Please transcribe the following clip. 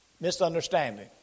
misunderstanding